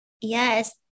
Yes